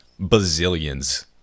bazillions